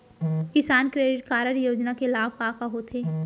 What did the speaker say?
किसान credit card योजना के लाभ का का होथे?